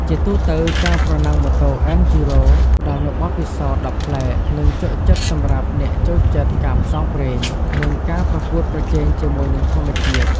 ជាទូទៅ ការប្រណាំងម៉ូតូ អេនឌ្យូរ៉ូ (Enduro) ផ្តល់នូវបទពិសោធន៍ដ៏ប្លែក និងជក់ចិត្តសម្រាប់អ្នកចូលចិត្តការផ្សងព្រេង និងការប្រកួតប្រជែងជាមួយនឹងធម្មជាតិ។